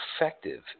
effective